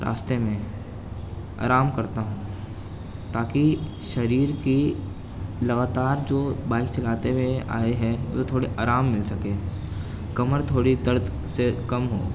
راستے میں آرام کرتا ہوں تاکہ شریر کی لگاتار جو بائک چلاتے ہوئے آئے ہیں وہ تھوڑے آرام مل سکے کمر تھوڑی درد سے کم ہو